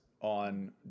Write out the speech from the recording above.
on